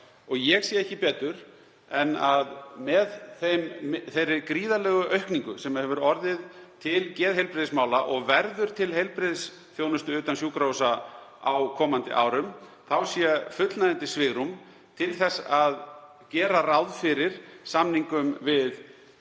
Ég sé ekki betur en að með þeirri gríðarlegu aukningu sem hefur orðið til geðheilbrigðismála og verður til heilbrigðisþjónustu utan sjúkrahúsa á komandi árum sé fullnægjandi svigrúm til þess að gera ráð fyrir samningum við